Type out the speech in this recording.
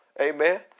Amen